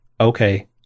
okay